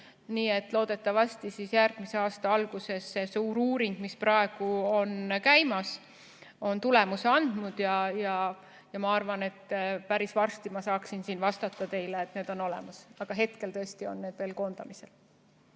Nii et loodetavasti järgmise aasta alguses on see suur uuring, mis praegu on käimas, tulemuse andnud. Ma arvan, et päris varsti ma saaksin vastata teile, et need on olemas, aga hetkel on need tõesti veel koondamisel.